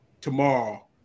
tomorrow